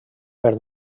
per